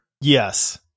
Yes